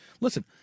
Listen